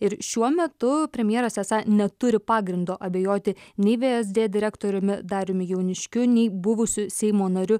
ir šiuo metu premjeras esą neturi pagrindo abejoti nei vsd direktoriumi dariumi jauniškiu nei buvusiu seimo nariu